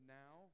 now